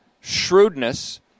shrewdness